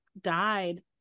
died